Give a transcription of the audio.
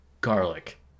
Garlic